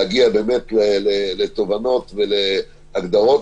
להגיע לתובנות ולהגדרות,